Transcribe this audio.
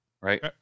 Right